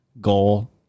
goal